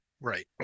Right